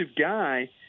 guy